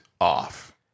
off